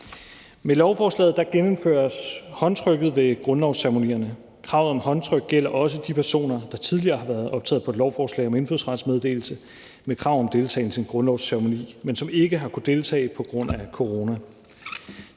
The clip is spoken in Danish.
Med lovforslaget genindføres håndtrykket ved grundlovsceremonierne. Kravet om håndtryk gælder også de personer, der tidligere har været optaget på et lovforslag om indfødsrets meddelelse med krav om deltagelse i en grundlovsceremoni, men som ikke har kunnet deltage på grund af corona.